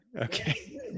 okay